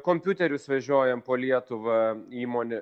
kompiuterius vežiojam po lietuvą įmonė